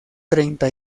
treinta